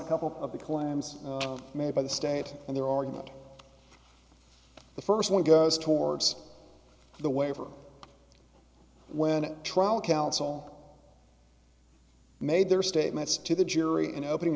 a couple of the claims made by the state and their argument the first one goes towards the waiver when trial counsel made their statements to the jury in opening